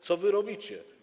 Co wy robicie?